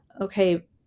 okay